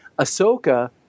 Ahsoka